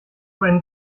einen